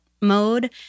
mode